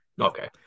Okay